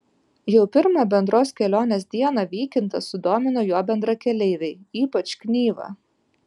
jau pirmą bendros kelionės dieną vykintą sudomino jo bendrakeleiviai ypač knyva